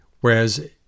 whereas